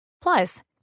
Plus